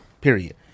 period